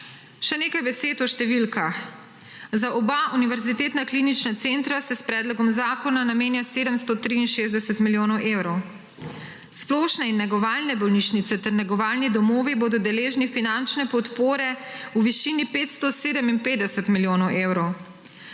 Še nekaj besed o številkah. Za oba univerzitetna klinična centra se s predlogom zakona namenja 763 milijonov evrov. Splošne in negovalne bolnišnice ter negovalni domovi bodo deležni finančne podpore v višini 557 milijonov evrov.